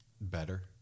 better